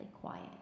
quiet